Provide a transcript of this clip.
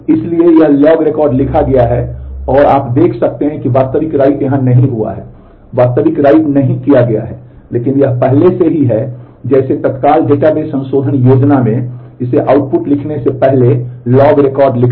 इसलिए यह log record लिखा गया है और आप देख सकते हैं कि वास्तविक राइट करना